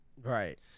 Right